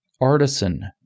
artisan